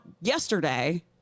yesterday